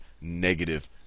negative